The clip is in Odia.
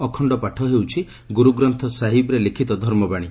ଅଖଣ୍ଡ ପାଠ ହେଉଛି ଗୁରୁଗ୍ରନ୍ଥ ସାହିବରେ ଲିଖିତ ଧର୍ମବାଣୀ